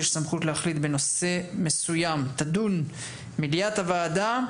יש סמכות להחליט שבנושא מסוים תדון מליאת הוועדה,